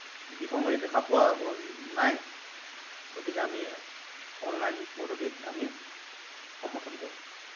বিসংগতি দেখা পোৱা হোৱা নাই গতিকে আমি অনলাইন পদ্ধতিক আমি সমৰ্থন কৰোঁ